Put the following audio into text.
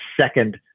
second